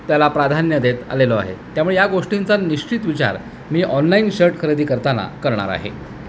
त्याला प्राधान्य देत आलेलो आहे त्यामुळे या गोष्टींचा निश्चित विचार मी ऑनलाईन शर्ट खरेदी करताना करणार आहे